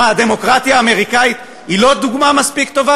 הדמוקרטיה האמריקנית היא לא דוגמה מספיק טובה